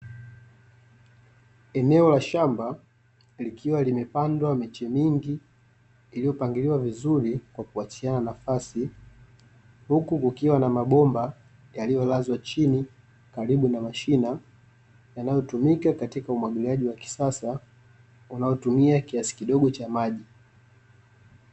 Eneo la shamba likiwa limepandwa miche mingi iliyopangiliwa vizuri kwa kuachiana nafasi huku kukiwa na mabomba yaliyolazwa chini karibu na mashina yanayotumika katika umwagiliaji wa kisasa unaotumia kiasi kidogo cha maji .